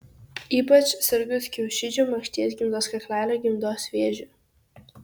ypač sirgus kiaušidžių makšties gimdos kaklelio gimdos vėžiu